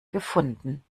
gefunden